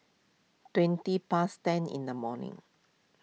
twenty past ten in the morning